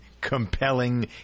compelling